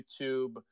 YouTube